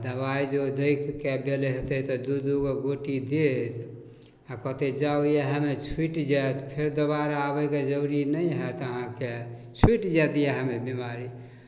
दवाइ जे ओ देखिके देले हेतै तऽ दुइ दुइगो गोटी देत आओर कहतै जाउ इएहमे छुटि जाएत फेर दोबारा आबैके जरूरी नहि हैत अहाँके छुटि जाएत इएहमे बेमारी